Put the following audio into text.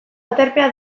aterpea